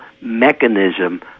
mechanism